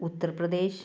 Uttar Pradesh